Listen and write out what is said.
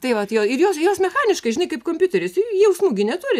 tai vat jo ir jos jos mechaniškai žinai kaip kompiuterius ir jausmų gi neturi